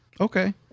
Okay